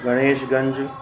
Ganeshganj